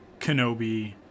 Kenobi